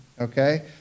Okay